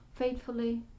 Faithfully